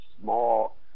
small